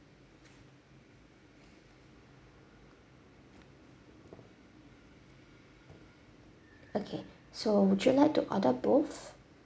okay so would you like to order both